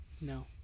No